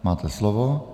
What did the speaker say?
Máte slovo.